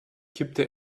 kippte